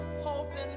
Hoping